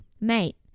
mate